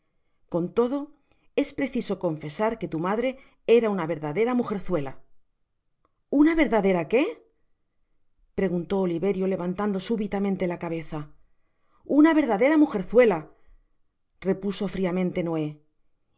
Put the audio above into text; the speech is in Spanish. con todo es preciso confesar que tu madre era una verdadera mugerzucla una verdadera que preguntó oliverio levantando súbitamente la cabeza una verdadera mugerzuela repuso friamente noé y